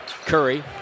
Curry